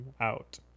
out